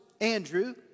Andrew